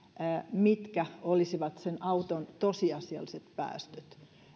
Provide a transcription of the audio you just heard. mitkä olisivat sen auton tosiasialliset päästöt